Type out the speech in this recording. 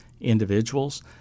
individuals